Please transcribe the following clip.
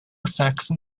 saxon